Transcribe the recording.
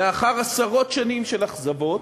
לאחר עשרות שנים של אכזבות,